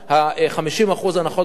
50% הנחות בקרקע,